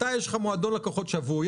לך יש מועדון לקוחות שבוי,